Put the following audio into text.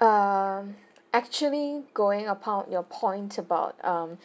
um actually going upon your point about um